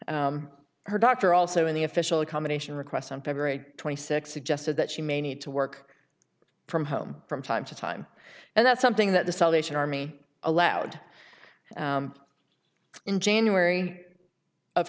her doctor also in the official accommodation requests on february twenty sixth just said that she may need to work from home from time to time and that's something that the salvation army allowed in january of